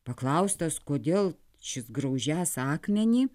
paklaustas kodėl šis graužęs akmenį